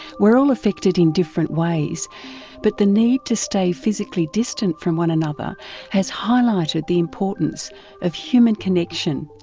we're all affected in different ways but the need to stay physically distant from one another has highlighted the importance of human connection,